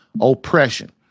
Oppression